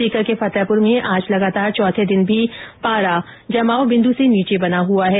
सीकर के फतेहपुर में आज लगातार चौथे दिन भी पारा जमाव बिन्दु से नीचे बना हुआ है